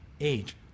age